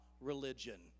religion